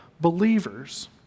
believers